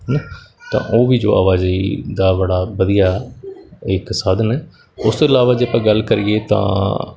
ਹੈ ਨਾ ਤਾਂ ਉਹ ਵੀ ਜੋ ਆਵਾਜਾਈ ਦਾ ਬੜਾ ਵਧੀਆ ਇੱਕ ਸਾਧਨ ਹੈ ਉਸ ਤੋਂ ਇਲਾਵਾ ਜੇ ਆਪਾਂ ਗੱਲ ਕਰੀਏ ਤਾਂ